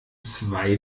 zwei